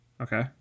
Okay